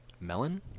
melon